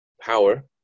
power